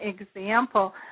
example